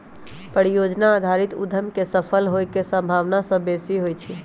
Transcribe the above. परिजोजना आधारित उद्यम के सफल होय के संभावना सभ बेशी होइ छइ